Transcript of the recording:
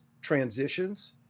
transitions